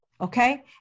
okay